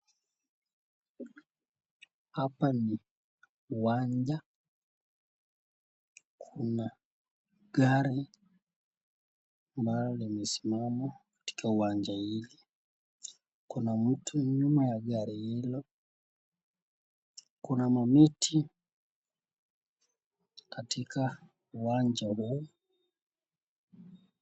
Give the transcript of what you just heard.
Hapa ni uwanja, kuna gari ambalo limesimama katika uwanja hili, kuna mtu nyuma ya gari hilo, kuna mamiti katika uwanja huo.